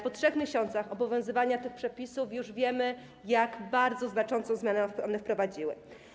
Po 3 miesiącach obowiązywania tych przepisów już wiemy, jak bardzo znaczącą zmianę one wprowadziły.